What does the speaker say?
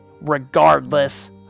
regardless